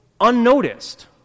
unnoticed